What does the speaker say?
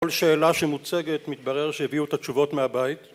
כל שאלה שמוצגת מתברר שהביאו את התשובות מהבית